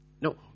No